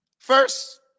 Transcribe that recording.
First